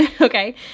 Okay